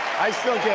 i still